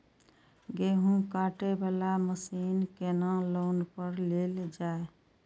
गेहूँ काटे वाला मशीन केना लोन पर लेल जाय?